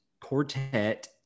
Quartet